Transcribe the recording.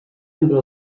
entre